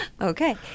Okay